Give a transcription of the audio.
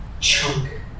chunk